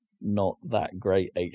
not-that-great